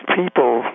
people